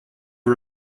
you